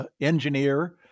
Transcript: engineer